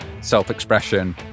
self-expression